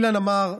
אילן אמר: